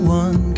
one